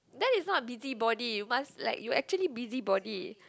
that is not busybody must like you actually busybody